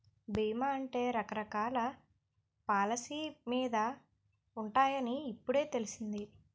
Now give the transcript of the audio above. బీమా అంటే రకరకాల పాలసీ మీద ఉంటాయని ఇప్పుడే తెలిసింది